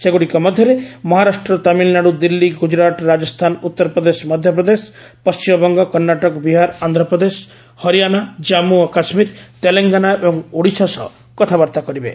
ସେଗୁଡ଼ିକ ମଧ୍ୟରେ ମହାରାଷ୍ଟ୍ର ତାମିଲନାଡ଼ୁ ଦିଲ୍ଲୀ ଗ୍ରଜ୍ତରାଟ ରାଜସ୍ତାନ ଉତ୍ତରପ୍ରଦେଶ ମଧ୍ୟପ୍ରଦେଶ ପଣ୍ଠିମବଙ୍ଗ କର୍ଷାଟକ ବିହାର ଆନ୍ଧ୍ରପ୍ରଦେଶ ହରିୟାନା ଜାମ୍ମୁ ଓ କାଶ୍ମୀର ତେଲେଙ୍ଗାନା ଏବଂ ଓଡ଼ିଶା ସହ କଥାବାର୍ତ୍ତା କରିବେ